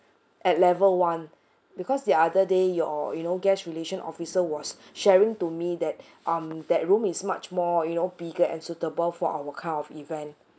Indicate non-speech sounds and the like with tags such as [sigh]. at level one because the other day your you know guest relation officer was [breath] sharing to me that [breath] um that room is much more you know bigger and suitable for our kind of event